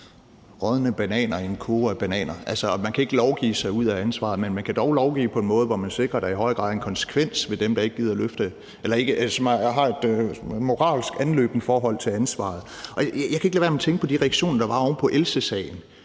rådne bananer i en kurv af bananer, og man kan ikke lovgive sig ud af ansvaret. Men man kan dog lovgive på en måde, hvor man sikrer, at der i højere grad er en konsekvens for dem, som har et moralsk anløbent forhold til ansvaret. Jeg kan ikke lade være med at tænke på de reaktioner, der var oven på Elsesagen,